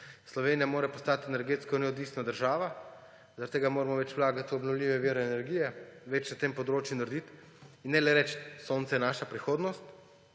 Slovenija mora postati energetsko neodvisna država. Zaradi tega moramo več vlagati v obnovljive vire energije, več na tem področju narediti, ne le reči, da sonce je naša prihodnost,